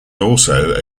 also